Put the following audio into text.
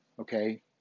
okay